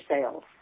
sales